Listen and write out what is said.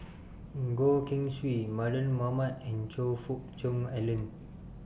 Goh Keng Swee Mardan Mamat and Choe Fook Cheong Alan